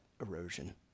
erosion